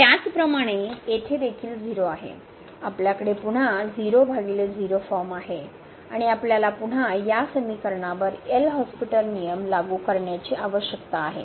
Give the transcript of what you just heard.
त्याचप्रमाणे येथे देखील 0 आहे आपल्याकडे पुन्हा 00 फॉर्म आहे आणि आपल्याला पुन्हा या समीकरणावर एल' हॉस्पिटल नियम लागू करण्याची आवश्यकता आहे